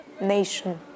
nation